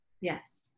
Yes